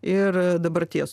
ir dabarties